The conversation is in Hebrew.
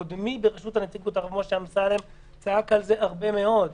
קודמי משה אמסלם היה כאן הרבה מאוד.